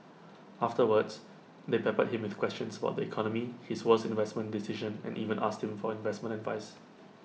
afterwards they peppered him with questions about the economy his worst investment decision and even asked him for investment advice